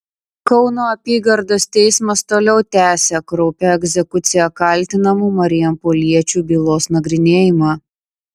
kauno apygardos teismas toliau tęsia kraupią egzekucija kaltinamų marijampoliečių bylos nagrinėjimą